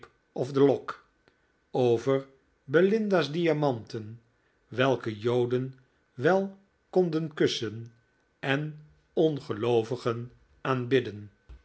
of the lock over belinda's diamanten welke joden wel konden kussen en ongeloovigen aanbidden